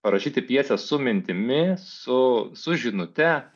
parašyti pjesę su mintimi su su žinute